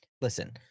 Listen